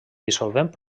dissolvent